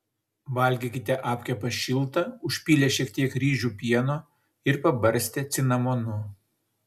valgykite apkepą šiltą užpylę šiek tiek ryžių pieno ir pabarstę cinamonu